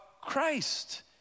Christ